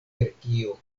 grekio